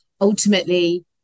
ultimately